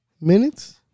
minutes